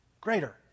Greater